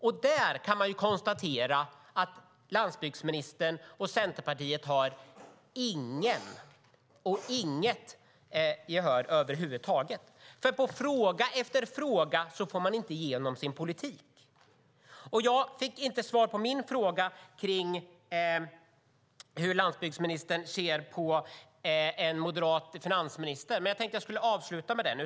Man kan konstatera att landsbygdsministern och Centerpartiet inte har något gehör där över huvud taget. På fråga efter fråga får de inte igenom sin politik. Jag fick inte svar på min fråga om hur landsbygdsministern ser på en moderat finansminister, men jag tänkte avsluta med det.